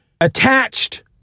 attached